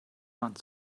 wand